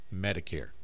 Medicare